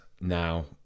now